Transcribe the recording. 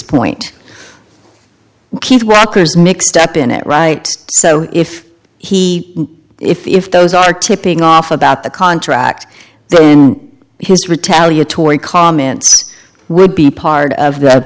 point keith walker is mixed up in it right so if he if those are tipping off about the contract his retaliatory comments would be part of the